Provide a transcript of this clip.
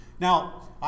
Now